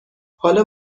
حالا